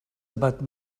about